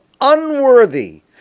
unworthy